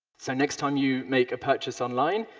so next time you make a purchase online,